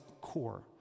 core